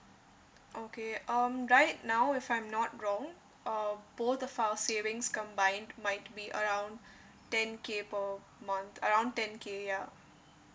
okay um right now if I'm not wrong uh both of our savings combined might be around ten K per month around ten K ya